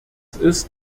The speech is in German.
ist